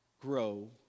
grow